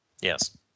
Yes